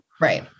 Right